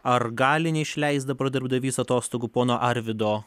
ar gali neišleist dabar darbdavys atostogų pono arvydo